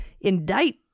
indict